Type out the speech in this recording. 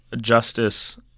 justice